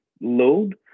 load